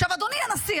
אדוני הנשיא,